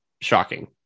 shocking